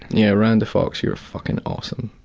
yeh, randa fox, you're fucking awesome,